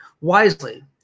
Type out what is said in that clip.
wisely